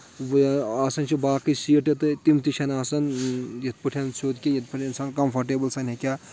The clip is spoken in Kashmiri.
آسان چھِ باقٕے سیٖٹہٕ تہٕ تِم تہِ چھنہٕ آسان یِتھ پٲٹھۍ سیوٚد کہینۍ یِتھ پٲٹھۍ اِنسان کَمفٲٹیبٕل سان ہیٚکہِ ہا